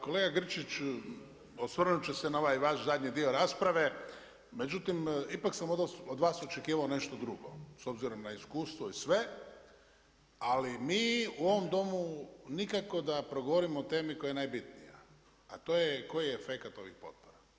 Pa kolega Grčić, osvrnut ću se na ovaj vaš zadnji dio rasprave, međutim ipak sam od vas očekivao nešto drugo s obzirom na iskustvo i sve, ali mi u ovom Domu nikako da progovorimo o temi koja je najbitnija, a to je koji je efekat ovih potpora.